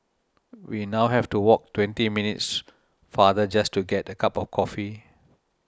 we now have to walk twenty minutes farther just to get a cup of coffee